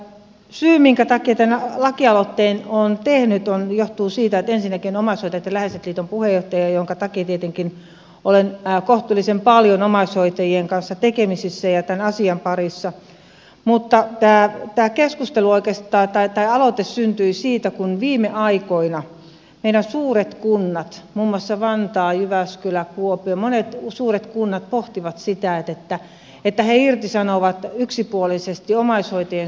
syy minkä takia tämän lakialoitteen olen tehnyt johtuu siitä että olen ensinnäkin omaishoitajat ja läheiset liiton puheenjohtaja minkä takia olen tietenkin kohtuullisen paljon omaishoitajien kanssa tekemisissä ja tämän asian parissa mutta päättää keskustelua ja se päättää tämä aloite syntyi siitä kun viime aikoina meidän suuret kunnat muun muassa vantaa jyväskylä kuopio pohtivat sitä että ne irtisanovat yksipuolisesti omaishoitajien sopimuksia